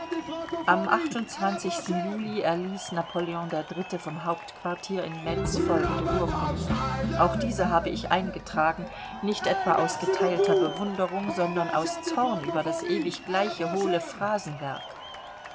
am juli erließ napoleon iii vom hauptquartier in metz folgende urkunde auch diese habe ich eingetragen nicht etwa aus geteilter bewunderung sondern aus zorn über das ewig gleiche hohle phrasenwerk